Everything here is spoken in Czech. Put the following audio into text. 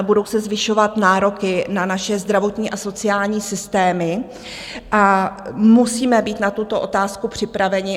Budou se zvyšovat nároky na naše zdravotní a sociální systémy a musíme být na tuto otázku připraveni.